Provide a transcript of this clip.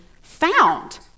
found